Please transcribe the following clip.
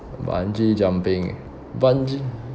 bungee jumping bungee